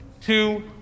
two